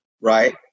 right